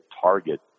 target